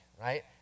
right